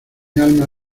alma